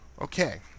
okay